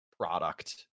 product